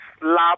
slap